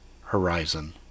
horizon